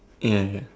ya ya